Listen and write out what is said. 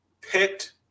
picked